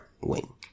wing